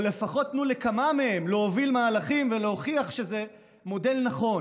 או לפחות תיתנו לכמה מהם להוביל מהלכים ולהוכיח שזה מודל נכון.